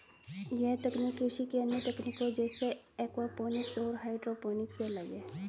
यह तकनीक कृषि की अन्य तकनीकों जैसे एक्वापॉनिक्स और हाइड्रोपोनिक्स से अलग है